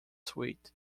sweet